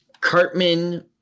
Cartman